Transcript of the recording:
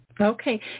Okay